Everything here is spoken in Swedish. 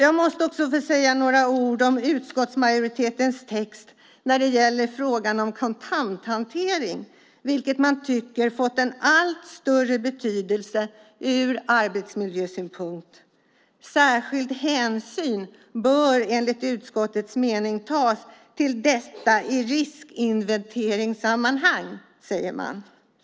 Jag måste också få säga några ord om utskottsmajoritetens text när det gäller frågan om kontanthantering, vilken man tycker fått en allt större betydelse ur arbetsmiljösynpunkt. "Särskild hänsyn bör enligt utskottets mening tas till detta i sådana riskinventeringssammanhang", skriver man.